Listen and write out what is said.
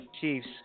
chiefs